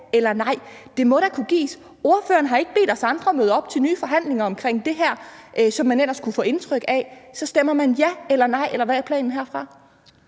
eller nej. Det må da kunne gives. Ordføreren har ikke bedt os andre møde op til nye forhandlinger om det her, hvilket man ellers kunne få indtryk af. Så stemmer man ja eller nej, eller hvad er planen herfra?